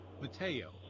Mateo